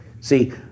See